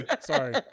Sorry